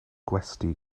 gwesty